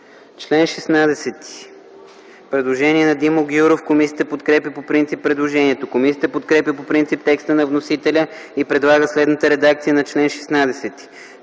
народни представители. Комисията подкрепя по принцип предложението. Комисията подкрепя по принцип текста на вносителя и предлага следната редакция на чл.